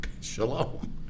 Shalom